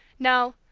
no,